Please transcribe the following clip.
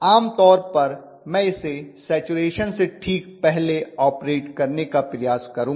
आम तौर पर मैं इसे सैचरेशन से ठीक पहले आपरेट करने का प्रयास करूंगा